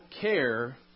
care